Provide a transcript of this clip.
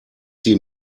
sie